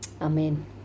Amen